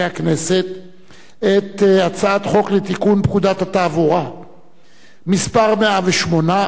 הכנסת את הצעת חוק לתיקון פקודת התעבורה (מס' 108)